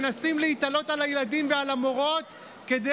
מנסים להיתלות על הילדים ועל המורות כדי